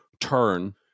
turn